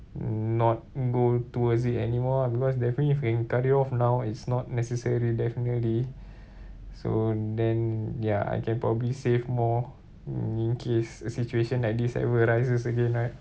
not go towards it anymore because definitely if you can cut it off now it's not necessary definitely so then ya I can probably save more in case a situation like this ever arises again right